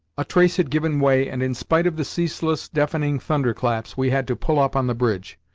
a trace had given way, and, in spite of the ceaseless, deafening thunderclaps, we had to pull up on the bridge.